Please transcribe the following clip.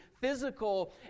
physical